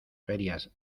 ferias